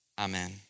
Amen